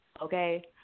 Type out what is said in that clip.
okay